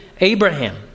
Abraham